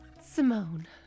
Simone